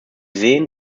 sehen